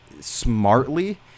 smartly